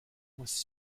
was